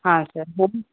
ಹಾಂ ಸರ್